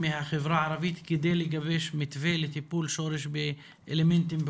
חברתית, ולחשוב על הליך מרתיע שאינו פלילי כלפי